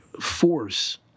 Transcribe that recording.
force